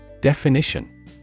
Definition